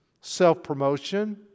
self-promotion